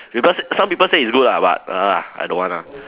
because some people said is good lah but !ugh! I don't want ah